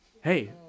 Hey